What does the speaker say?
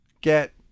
get